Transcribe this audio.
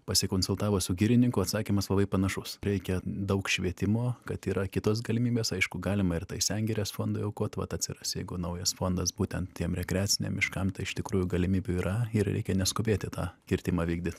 pasikonsultavo su girininku atsakymas labai panašus reikia daug švietimo kad yra kitos galimybės aišku galima ir tai sengirės fondui aukot vat atsiras jeigu naujas fondas būtent tiem rekreaciniam miškam tai iš tikrųjų galimybių yra ir reikia neskubėti tą kirtimą vykdyt